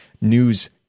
news